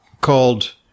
called